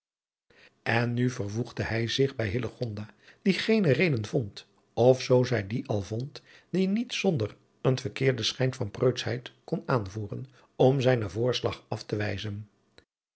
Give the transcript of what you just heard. en nu vervoegde hij zich bij hillegonda die geene reden vond of zoo zij die al vond die niet zonder een verkeerden schijn van preutschheid kon aanvoeren om zijnen voorslag af te wijzen